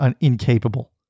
incapable